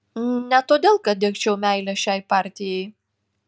ne todėl kad degčiau meile šiai partijai